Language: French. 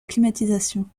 climatisation